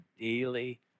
daily